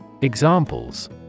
Examples